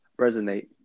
resonate